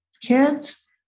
kids